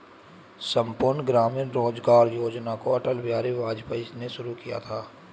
संपूर्ण ग्रामीण रोजगार योजना को अटल बिहारी वाजपेयी ने शुरू किया था